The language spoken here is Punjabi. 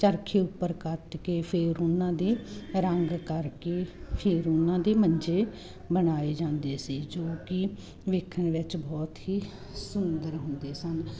ਚਰਖੇ ਉੱਪਰ ਕੱਤ ਕੇ ਫੇਰ ਉਹਨਾਂ ਦੇ ਰੰਗ ਕਰਕੇ ਫਿਰ ਉਹਨਾਂ ਦੇ ਮੰਜੇ ਬਣਾਏ ਜਾਂਦੇ ਸੀ ਜੋ ਕਿ ਵੇਖਣ ਵਿੱਚ ਬਹੁਤ ਹੀ ਸੁੰਦਰ ਹੁੰਦੇ ਸਨ